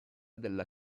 della